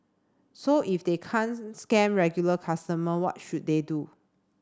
so if they can't scam regular consumer what should they do